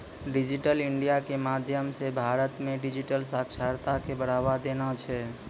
digital India के माध्यम से भारत मे डिजिटल साक्षरता के बढ़ावा देना छै